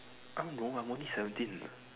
I don't know I'm only seventeen